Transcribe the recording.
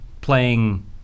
playing